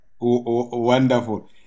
wonderful